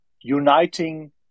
uniting